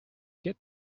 get